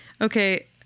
okay